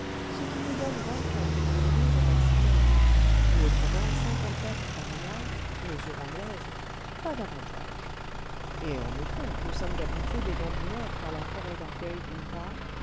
ce qui nous donne vingt-quatre réaumur au maximum ou autrement cinquantequatre fahrenheit mesure anglaise pas davantage et en effet nous sommes abrités des vents du nord par la forêt d'argueil d'une part